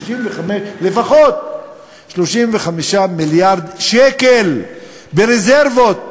לפחות 35 מיליארד שקל ברזרבות.